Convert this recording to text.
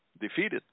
defeated